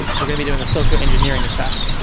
we're going to doing a social engineering attack,